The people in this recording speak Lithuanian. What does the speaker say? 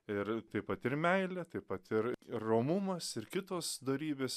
ir taip pat ir meilė taip pat ir ir romumas ir kitos dorybės